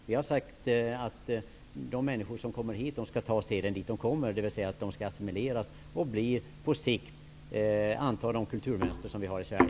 Vi har sagt att de människor som kommer hit skall ta seden dit de kommer, dvs. att de skall assimileras och på sikt anta de kulturmönster som vi har i